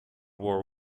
war